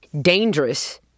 dangerous